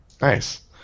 Nice